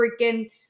freaking